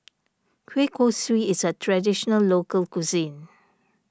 Kueh Kosui is a Traditional Local Cuisine